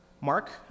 Mark